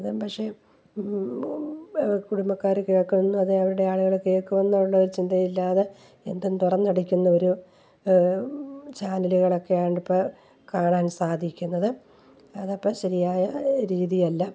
അതും പക്ഷെ കുടുംബക്കാർ കേൾക്കുമെന്നും അത് അവരുടെ ആളുകൾ കേൾക്കുമെന്നുള്ള ഒരു ചിന്തയില്ലാതെ എന്തും തുറന്നടിക്കുന്ന ഒരു ചാനലുകളൊക്കെ ആണ്ടിപ്പാ കാണാൻ സാധിക്കുന്നത് അതപ്പം ശരിയായ രീതിയല്ല